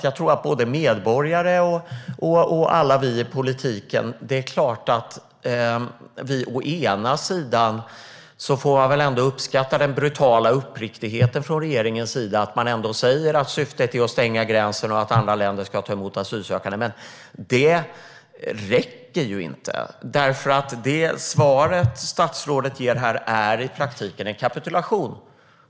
Jag tror att både medborgare och alla vi i politiken å ena sidan uppskattar den brutala uppriktigheten från regeringens sida, nämligen att syftet är att stänga gränsen och att andra länder ska ta emot asylsökande. Men å andra sidan räcker det inte. Det svaret statsrådet ger här är i praktiken en kapitulation.